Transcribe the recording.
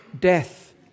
death